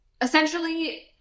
Essentially